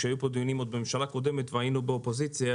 עוד כשהיו פה דיונים בממשלה הקודמת והיינו באופוזיציה,